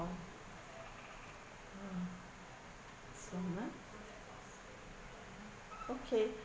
oh mm someone okay